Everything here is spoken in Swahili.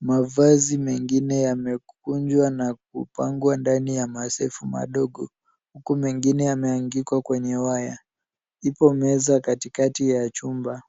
Mavazi mengine yamekunjwa na kupangwa ndani ya masafu madogo huku mengine yameangikwa kwenye waya. Ipo meza katikati ya chumba.